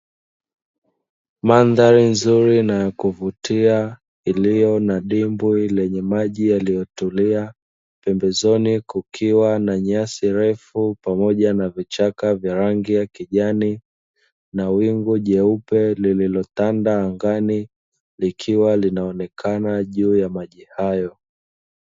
Mandhari nzuri na ya kuvutia iliyo na dimbwi lenye maji yaliyotulia, pembezoni kukiwa na nyasi refu pamoja na vichaka vya rangi ya kijani na wingu jeupe lililotanda angani likiwa linaonekana juu ya maji hayo.